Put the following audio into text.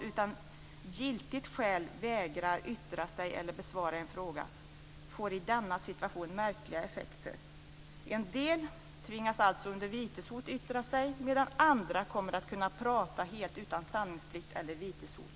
"utan giltigt skäl vägrar yttra sig eller besvara en fråga", får i denna situation märkliga effekter. En del tvingas alltså under viteshot yttra sig medan andra kommer att kunna prata helt utan sanningsplikt eller viteshot.